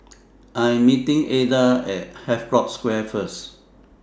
I Am meeting Adda At Havelock Square First